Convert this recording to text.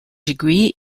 degree